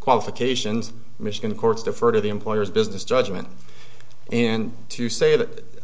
qualifications michigan courts defer to the employer's business judgment and to say that